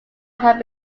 had